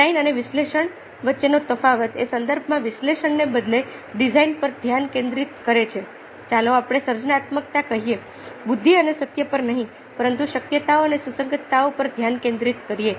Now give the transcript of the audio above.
design અને વિશ્લેષણ વચ્ચેનો તફાવત એ સંદર્ભમાં વિશ્લેષણને બદલે ડિઝાઇન પર ધ્યાન કેન્દ્રિત કરે છે ચાલો આપણે સર્જનાત્મકતા કહીએ બુદ્ધિ અને સત્ય પર નહીં પરંતુ શક્યતાઓ અને સુસંગતતાઓ પર ધ્યાન કેન્દ્રિત કરીએ